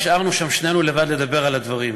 נשארנו שם שנינו לבד לדבר על הדברים,